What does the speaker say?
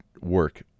work